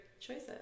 choices